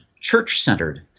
church-centered